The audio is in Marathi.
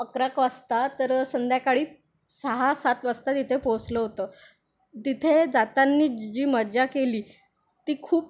अकरा एक वाजता तर संध्याकाळी सहा सात वाजता तिथे पोचलो होतो तिथे जाताना जी मजा केली ती खूप